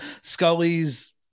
Scully's